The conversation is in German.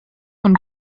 von